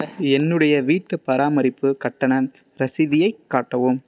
என்னுடைய வீட்டுப் பராமரிப்புக் கட்டணம் ரசீதையைக் காட்டவும்